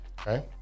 Okay